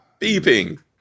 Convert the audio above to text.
beeping